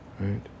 right